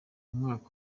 umwaka